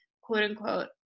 quote-unquote